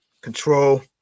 control